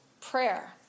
Prayer